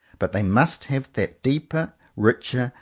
but they must have that deeper, richer,